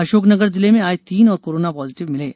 अशोक नगर जिले में आज तीन और कोरोना पाजिटिव मिले